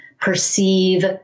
perceive